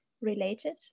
related